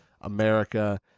america